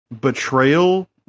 betrayal